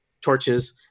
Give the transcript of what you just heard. torches